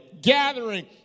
gathering